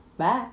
Bye